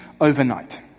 overnight